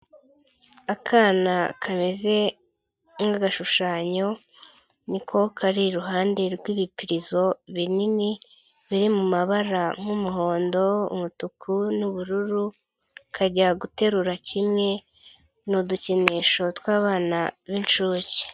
Akana kameze nk'agashushanyo niko kari iruhande rw'ibipirizo binini biri mu mabara nk'umuhondo, umutuku n'ubururu, kajya guterura kimwe, ni udukinisho tw'abana b'inshuke.